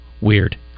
weird